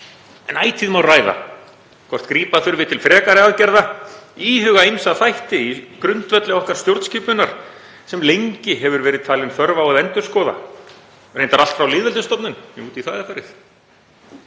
En ætíð má ræða hvort grípa þurfi til frekari aðgerða, íhuga ýmsa þætti í grundvelli okkar stjórnskipunar sem lengi hefur verið talin þörf á að endurskoða, reyndar allt frá lýðveldisstofnun ef út í það er farið.